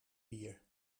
bier